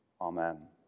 Amen